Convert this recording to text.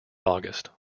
august